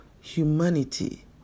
humanity